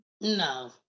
No